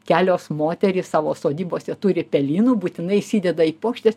kelios moterys savo sodybose turi pelynų būtinai įsideda į puokštes